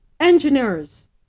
Engineers